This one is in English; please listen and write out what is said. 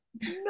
No